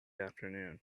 afternoon